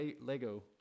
Lego